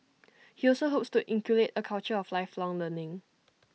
he also hopes to help inculcate A culture of lifelong learning